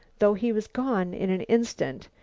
though he was gone in an instant,